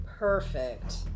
Perfect